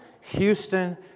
Houston